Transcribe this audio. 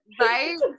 right